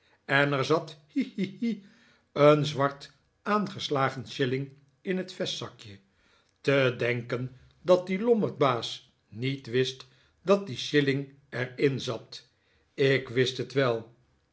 en er zat hi hi hi een zwart aangeslagen shilling in het vestzakje te denken dat die lommerdbaas niet wist dat die shilling er in zat ik wist het wel